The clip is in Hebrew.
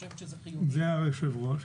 זה היושב ראש.